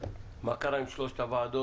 מה קרה עם שלוש הוועדות,